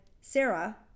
Sarah